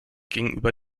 gegenüber